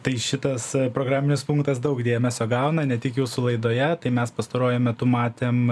tai šitas programinis punktas daug dėmesio gauna ne tik jūsų laidoje tai mes pastaruoju metu matėm